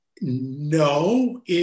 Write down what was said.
no